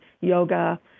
yoga